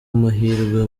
amahirwe